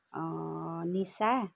Nisha